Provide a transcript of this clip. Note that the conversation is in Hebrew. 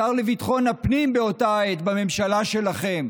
השר לביטחון הפנים באותה העת, בממשלה שלכם,